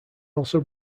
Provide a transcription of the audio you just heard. also